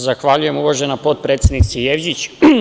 Zahvaljujem, uvažena potpredsednice Jevđić.